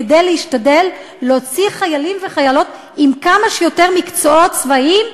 כדי להשתדל להוציא חיילים וחיילות עם כמה שיותר מקצועות צבאיים,